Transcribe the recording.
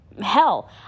hell